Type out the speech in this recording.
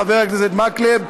חבר הכנסת מקלב,